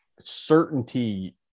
certainty